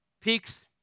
Peaks